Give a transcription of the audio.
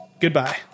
goodbye